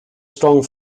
strong